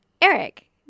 eric